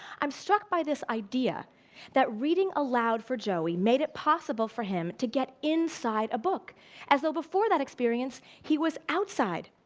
i'm struck by this idea that reading aloud for joey made it possible for him to get inside a book as though before that experience he was outside.